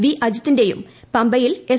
V അജിത്തിന്റേയും പമ്പയിൽ S